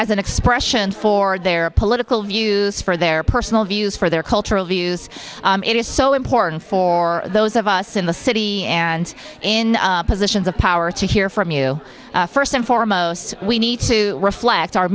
as an expression for their political views for their personal views for their cultural views it is so important for those of us in the city and in positions of power to hear from you first and foremost we need to reflect our